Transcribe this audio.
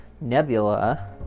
nebula